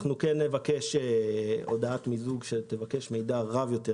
נבקש הודעת מיזוג שתדרוש מידע רב יותר